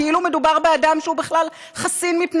כאילו מדובר באדם שהוא בכלל חסין מפני